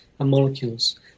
Molecules